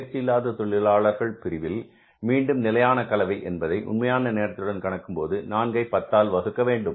தேர்ச்சி இல்லாத தொழிலாளர்கள் பிரிவில் மீண்டும் நிலையான கலவை என்பதை உண்மையான நேரத்துடன் கணக்கிடும்போது நான்கை பத்தால் வகுக்க வேண்டும்